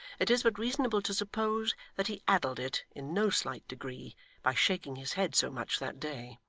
it is but reasonable to suppose that he addled it in no slight degree by shaking his head so much that day.